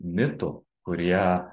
mitų kurie